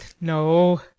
no